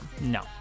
No